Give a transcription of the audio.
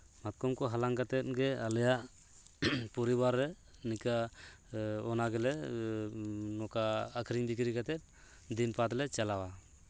ᱢᱟᱛᱠᱚᱢ ᱠᱚ ᱦᱟᱞᱟᱝ ᱠᱟᱛᱮᱫ ᱜᱮ ᱟᱞᱮᱭᱟᱜ ᱯᱚᱨᱤᱵᱟᱨ ᱨᱮ ᱱᱤᱝᱠᱟᱹ ᱚᱱᱟ ᱜᱮᱞᱮ ᱱᱚᱝᱠᱟ ᱟᱹᱠᱷᱨᱤᱧ ᱵᱤᱠᱨᱤ ᱠᱟᱛᱮᱫ ᱫᱤᱱ ᱯᱟᱫᱽ ᱞᱮ ᱪᱟᱞᱟᱣᱟ